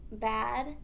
bad